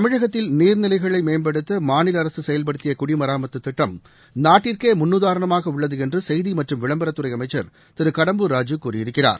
தமிழகத்தில் நீர் நிலைகளை மேம்படுத்த மாநில அரசு செயல்படுத்திய குடிமராமத்து திட்டம் நாட்டிற்கே முன்னுதாரணமாக உள்ளது என்று செய்தி மற்றும் விளம்பரத்துறை அமைச்சர் திரு கடம்பூர் ராஜூ கூறியிருக்கிறார்